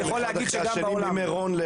אחת אחרי השנייה ממירון?